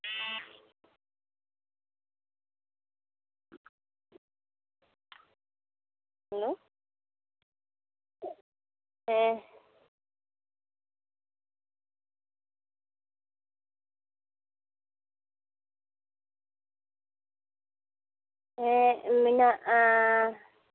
hello ᱦᱮᱸ ᱦᱮᱸ ᱢᱮᱱᱟᱜᱼᱟ